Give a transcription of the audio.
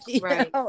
Right